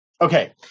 Okay